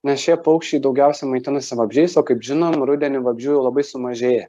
nes šie paukščiai daugiausia maitinasi vabzdžiais o kaip žinom rudenį vabzdžių labai sumažėja